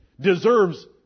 deserves